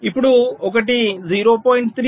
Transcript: ఇప్పుడు ఒకటి 0